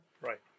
right